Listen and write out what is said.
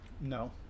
No